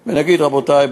ונגיד: רבותי,